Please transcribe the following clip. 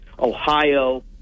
Ohio